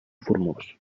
formós